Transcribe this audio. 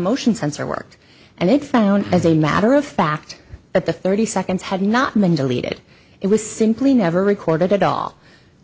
motion sensor worked and it found as a matter of fact that the thirty seconds had not been deleted it was simply never recorded at all